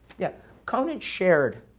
yeah conant shared